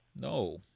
No